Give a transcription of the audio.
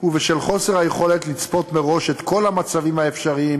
ובשל חוסר היכולת לצפות את כל המצבים האפשריים